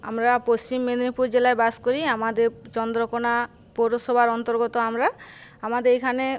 আমরা পশ্চিম মেদিনীপুর জেলায় বাস করি আমাদের চন্দ্রকোণা পৌরসভার অন্তর্গত আমরা আমাদের এখানে